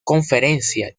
conferencias